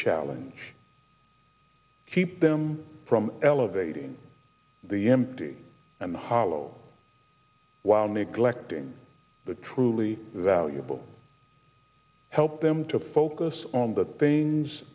challenge keep them from elevating the empty and hollow while neglecting the truly valuable help them to focus on the things